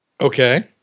Okay